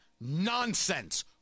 nonsense